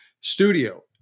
Studio